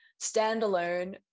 standalone